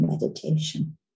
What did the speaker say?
meditation